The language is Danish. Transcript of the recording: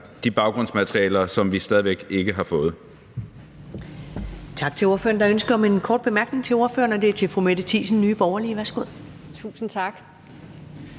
de baggrundsmaterialer, som vi stadig væk ikke har fået.